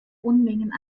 unmengen